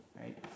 right